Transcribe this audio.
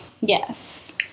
Yes